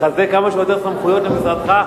לחזק, כמה שיותר סמכויות למשרדך.